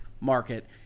market